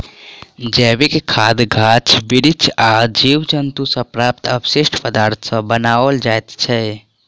जैविक खाद गाछ बिरिछ आ जीव जन्तु सॅ प्राप्त अवशिष्ट पदार्थ सॅ बनाओल जाइत छै